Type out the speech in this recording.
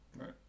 Right